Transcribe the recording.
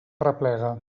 arreplega